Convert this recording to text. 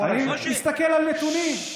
אני מסתכל על נתונים.